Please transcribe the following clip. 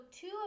two